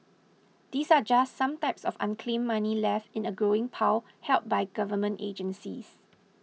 these are just some types of unclaimed money left in a growing pile held by government agencies